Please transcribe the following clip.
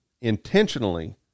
intentionally